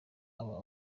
aba